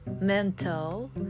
mental